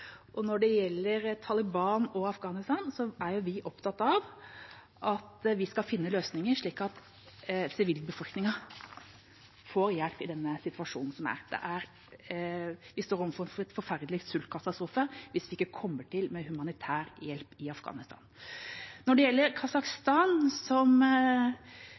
Når det gjelder Taliban og Afghanistan, er vi opptatt av at vi skal finne løsninger slik at sivilbefolkningen får hjelp i den situasjonen som er. De står overfor en forferdelig sultkatastrofe hvis man ikke kommer til med humanitær hjelp i Afghanistan. Når det gjelder Kasakhstan, som